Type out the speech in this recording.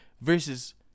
Versus